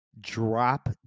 drop